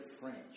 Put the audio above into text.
French